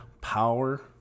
power